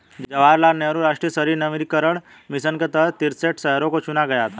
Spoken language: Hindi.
जवाहर लाल नेहरू राष्ट्रीय शहरी नवीकरण मिशन के तहत तिरेसठ शहरों को चुना गया था